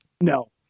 No